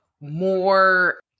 more